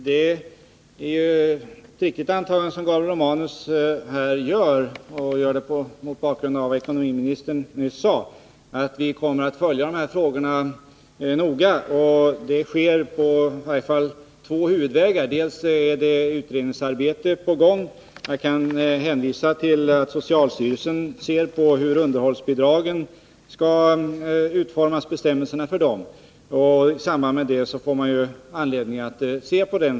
Herr talman! Det är ett riktigt antagande som Gabriel Romanus gör mot bakgrund av vad ekonomiministern nyss sade. Regeringen kommer att noga följa de här frågorna. Utredningsarbete är på gång. Jag kan hänvisa till att socialstyrelsen ser över hur bestämmelserna för underhållsbidragen skall utformas. I samband därmed har man anledning att överväga basbeloppets betydelse för den frågan.